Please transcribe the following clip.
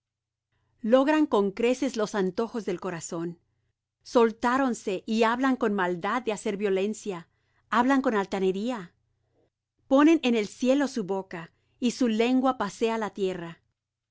logran con creces los antojos del corazón soltáronse y hablan con maldad de hacer violencia hablan con altanería ponen en el cielo su boca y su lengua pasea la tierra